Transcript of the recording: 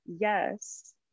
yes